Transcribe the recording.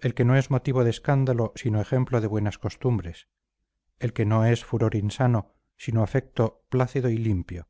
el que no es motivo de escándalo sino ejemplo de buenas costumbres el que no es furor insano sino afecto plácido y limpio